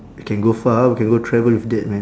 can go far ah we can go travel with that man